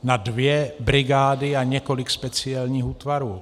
Na dvě brigády a několik speciálních útvarů.